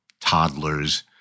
toddlers